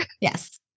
yes